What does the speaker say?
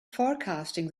forecasting